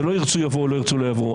זה לא ירצו, יבואו, לא ירצו, לא יבואו.